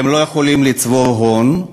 הם לא יכולים לצבור הון,